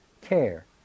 care